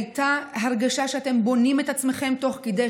הייתה הרגשה שאתם בונים את עצמכם תוך כדי,